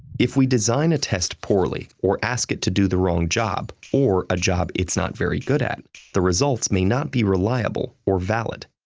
if we design a test poorly, or ask it to do the wrong job, or a job it's not very good at, the results may not be reliable or valid.